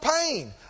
pain